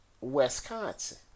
Wisconsin